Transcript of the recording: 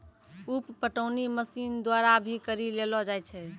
उप पटौनी मशीन द्वारा भी करी लेलो जाय छै